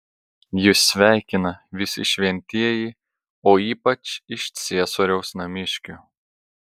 jus sveikina visi šventieji o ypač iš ciesoriaus namiškių